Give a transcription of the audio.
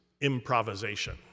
improvisation